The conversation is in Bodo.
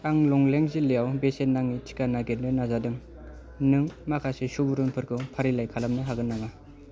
आं लंलें जिल्लायाव बेसेन नाङि टिका नागिरनो नाजादों नों माखासे सुबुरुनफोरखौ फारिलाइ खालामनो हागोन नामा